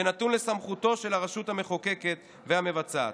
שנתון לסמכותן של הרשות המחוקקת והמבצעת.